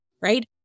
right